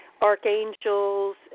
archangels